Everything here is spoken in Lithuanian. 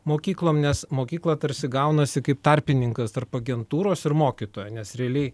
mokyklom nes mokykla tarsi gaunasi kaip tarpininkas tarp agentūros ir mokytojo nes realiai